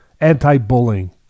anti-bullying